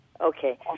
Okay